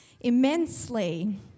immensely